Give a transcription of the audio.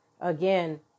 Again